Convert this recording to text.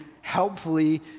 helpfully